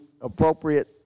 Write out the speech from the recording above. appropriate